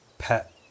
Pet